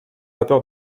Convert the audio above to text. vapeur